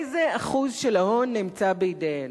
איזה אחוז של ההון נמצא בידיהן?